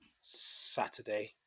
Saturday